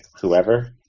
whoever